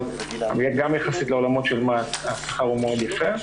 אבל גם יחסית לעולמות של מה"ט השכר מאוד יפה.